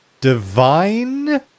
Divine